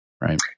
right